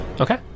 Okay